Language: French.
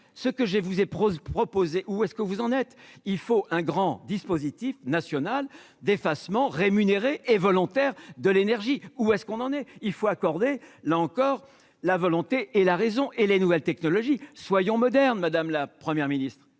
ce que j'ai vous proposées ou est-ce que vous en êtes, il faut un grand dispositif national d'effacement rémunéré et volontaire de l'énergie ou est-ce qu'on en est, il faut accorder là encore la volonté et la raison et les nouvelles technologies soyons modernes Madame la première ministre